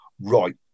right